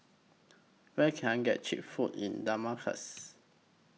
Where Can I get Cheap Food in Damascus